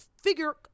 figure